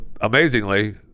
amazingly